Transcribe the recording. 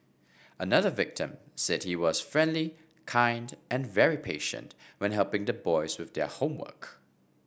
another victim said he was friendly kind and very patient when helping the boys with their homework